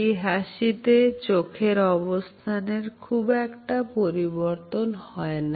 এই হাসিতে চোখের অবস্থানের খুব একটা পরিবর্তন হয়না